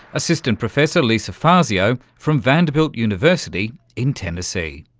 assistant professor lisa fazio from vanderbilt university in tennessee.